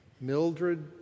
Mildred